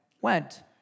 went